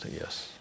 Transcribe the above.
yes